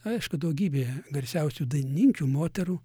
aišku daugybė garsiausių dainininkių moterų